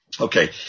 Okay